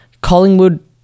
collingwood